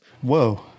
Whoa